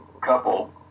couple